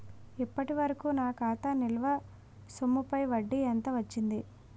ఇప్పటి వరకూ నా ఖాతా నిల్వ సొమ్ముపై వడ్డీ ఎంత వచ్చింది?